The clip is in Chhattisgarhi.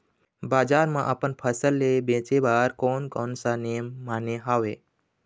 बजार मा अपन फसल ले बेचे बार कोन कौन सा नेम माने हवे?